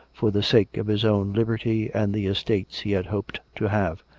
for the sake of his own liberty and the estates he had hoped to have.